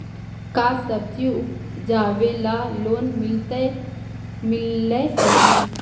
का सब्जी उपजाबेला लोन मिलै हई?